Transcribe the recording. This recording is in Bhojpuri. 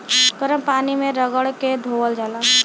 गरम पानी मे रगड़ के धोअल जाला